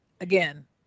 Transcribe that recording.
again